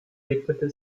widmete